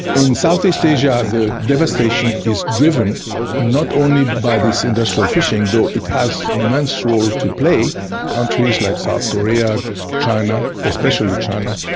in southeast asia the devastation is driven not only by this industrial fishing though it has an immense role to play countries like south korea especially china,